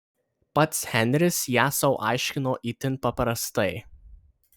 pats henris ją sau aiškino itin paprastai